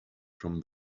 from